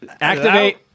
Activate